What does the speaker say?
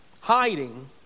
hiding